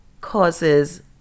causes